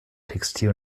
textil